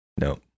No